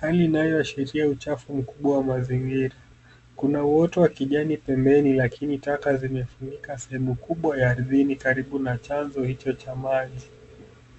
hali inayoashilia uchafu mkubwa wa mazingira. Kuna water wa kijani pembeni lakini taka zimefunika sehemu kubwa ya ardhini karibu na chanzo hicho cha maji.